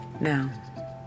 Now